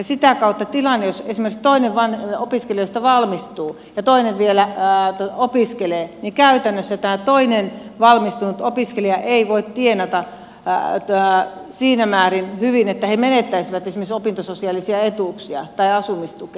sitä kautta tilanteessa jossa esimerkiksi toinen opiskelijoista valmistuu ja toinen vielä opiskelee käytännössä tämä toinen valmistunut opiskelija ei voi tienata siinä määrin hyvin että he menettäisivät esimerkiksi opintososiaalisia etuuksia tai asumistukea